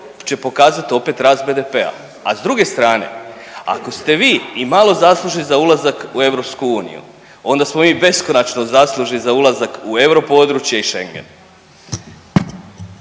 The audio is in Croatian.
će pokazat opet rast BDP-a. A s druge strane ako ste vi i malo zaslužni za ulazak u EU onda smo mi beskonačno zaslužni za ulazak u euro područje i Schengen.